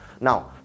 Now